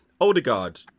Odegaard